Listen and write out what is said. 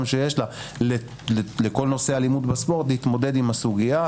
שיש לה לכל נושא האלימות בספורט להתמודד עם הסוגיה,